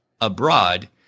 abroad